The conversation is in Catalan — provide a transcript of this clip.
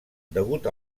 degut